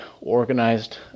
organized